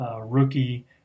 rookie